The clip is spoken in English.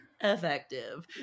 Effective